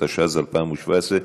התשע"ז 2017,